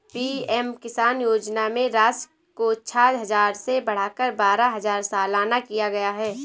PM किसान योजना में राशि को छह हजार से बढ़ाकर बारह हजार सालाना किया गया है